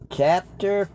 chapter